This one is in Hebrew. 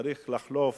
צריך לחלוף,